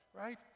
right